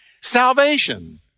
salvation